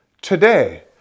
today